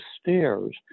stairs